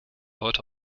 heute